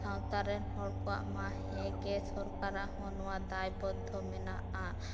ᱥᱟᱶᱛᱟ ᱨᱮᱱ ᱦᱚᱲ ᱠᱚᱣᱟᱜ ᱢᱟ ᱦᱮᱸᱜᱮ ᱥᱚᱨᱠᱟᱨᱟᱜ ᱦᱚᱸ ᱱᱚᱣᱟ ᱫᱟᱭ ᱵᱚᱫᱽᱷᱚ ᱢᱮᱱᱟᱜᱼᱟ